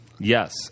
yes